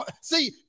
See